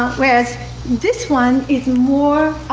whereas this one is more,